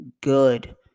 good